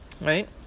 right